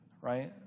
right